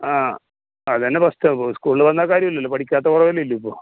ആ അതുതന്നെ ബെസ്റ്റ് അപ്പോൾ ഉസ്ക്കൂള് വന്നാൽ കാര്യം ഇല്ലല്ലോ പഠിക്കാത്ത കുറവല്ലേ ഉള്ളൂ ഇപ്പോൾ